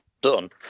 done